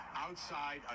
outside